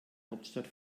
hauptstadt